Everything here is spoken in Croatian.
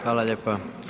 Hvala lijepa.